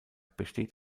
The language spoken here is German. besteht